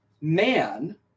Man